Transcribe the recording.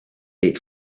eight